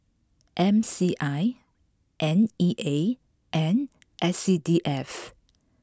M C I N E A and S C D F